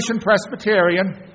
Presbyterian